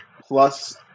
plus